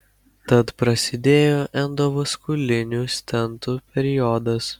tad prasidėjo endovaskulinių stentų periodas